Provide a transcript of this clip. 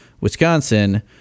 wisconsin